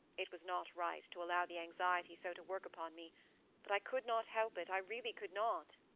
it was not right, to allow the anxiety so to work upon me but i could not help it i really could not.